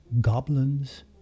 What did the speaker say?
goblins